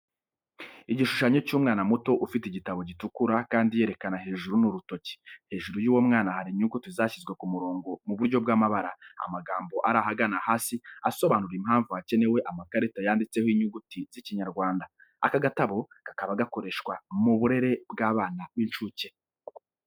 Igishushanyo cy'umwana muto ufite igitabo gitukura kandi yerekana hejuru n'urutoki. Hejuru y'uwo mwana hari inyuguti zashyizwe ku murongo mu buryo bw'amabara. Amagambo ari ahagana hasi asobanura impamvu hakenewe amakarita yanditseho inyuguti z'ikinyarwanda. Aka gatabo kakaba gakoreshwa mu burere bw'abana b'incuke.